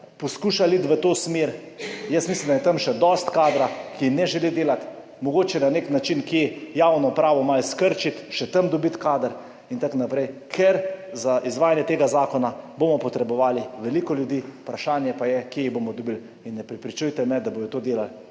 poskušali iti v to smer. Jaz mislim, da je tam še dosti kadra, ki ne želi delati mogoče na nek način kje javno upravo malo skrčiti, še tam dobiti kader in tako naprej, ker za izvajanje tega zakona bomo potrebovali veliko ljudi, vprašanje pa je, kje jih bomo dobili in ne prepričujte me, da bodo to delali